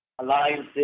alliances